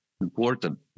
important